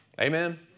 Amen